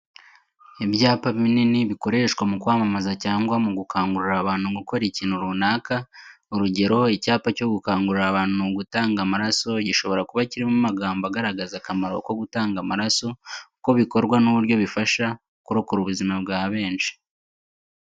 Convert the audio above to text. Ibyapa binini bikoreshwa mu kwamamaza cyangwa mu gukangurira abantu gukora ikintu runaka. Urugero, icyapa cyo gukangurira abantu gutanga amaraso, gishobora kuba kirimo amagambo agaragaza akamaro ko gutanga amaraso, uko bikorwa n'uburyo bifasha kurokora ubuzima bwa benshi.